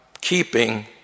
keeping